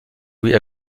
louis